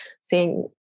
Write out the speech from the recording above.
seeing